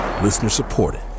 Listener-supported